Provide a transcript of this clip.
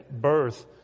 birth